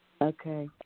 Okay